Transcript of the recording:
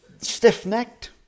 stiff-necked